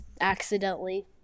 accidentally